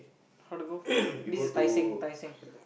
how to go this is Tai-Seng Tai-Seng